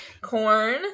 corn